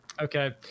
okay